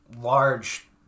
large